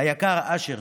היקר אשר,